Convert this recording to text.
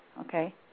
okay